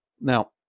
Now